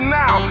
now